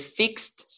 fixed